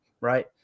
right